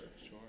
Sure